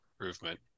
improvement